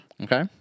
Okay